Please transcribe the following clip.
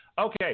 Okay